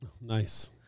Nice